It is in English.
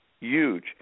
huge